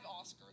Oscars